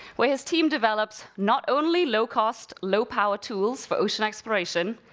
where his team develops not only low-cost, low-power tools for ocean exploration,